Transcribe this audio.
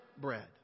bread